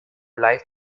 life